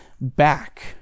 back